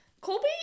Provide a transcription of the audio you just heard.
Colby